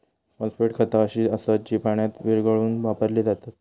phosphate खता अशी असत जी पाण्यात विरघळवून वापरली जातत